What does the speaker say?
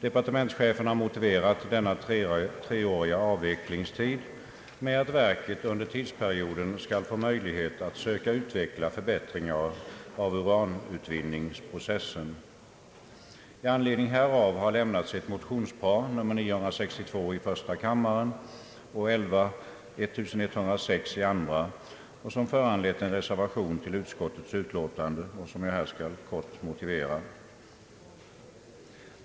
Departementschefen har motiverat denna treåriga avvecklingstid med att verket under perioden skall få möjlighet att söka utveckla förbättringar av uranutvinningsprocessen. I anledning härav har lämnats ett motionspar, I: 962 och II: 1106, som föranlett en reservation till utskottets utlåtande vilken jag här skall motivera.